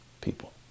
people